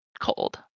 cold